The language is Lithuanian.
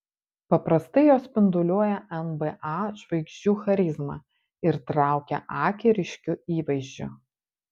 paprastai jos spinduliuoja nba žvaigždžių charizma ir traukia akį ryškiu įvaizdžiu